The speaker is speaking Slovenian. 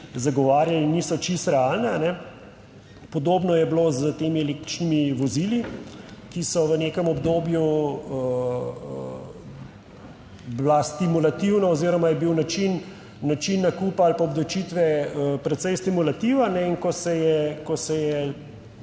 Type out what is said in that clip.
zagovarjali, niso čisto realne. Podobno je bilo s temi električnimi vozili, ki so v nekem obdobju bila stimulativna oziroma je bil način, način nakupa ali pa obdavčitve precej stimulativen, in ko se je,